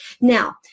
Now